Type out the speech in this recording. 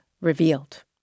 Revealed